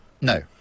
No